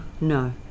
No